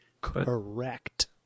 Correct